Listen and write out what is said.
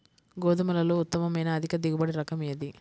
గోధుమలలో ఉత్తమమైన అధిక దిగుబడి రకం ఏది?